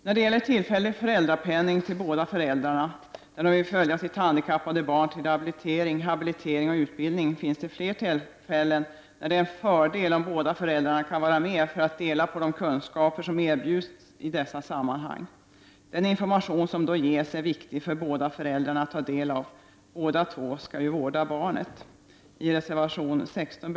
När det gäller tillfällig föräldrapenning till båda föräldrarna när de vill följa sitt handikappade barn till rehabilitering, habilitering och utbildning finns det flera tillfällen då det är en fördel om båda föräldrarna kan vara med för att ta del av de kunskaper som erbjuds i dessa sammanhang. Den information som då ges är viktig för båda föräldrarna — båda två skall ju vårda barnet. Detta förhållande berörs i reservation 16.